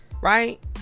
right